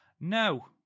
No